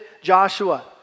Joshua